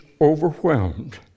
overwhelmed